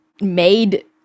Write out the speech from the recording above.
made